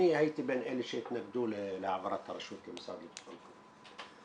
אני הייתי בין אלה שהתנגדו להעברת הרשות למשרד לביטחון פנים.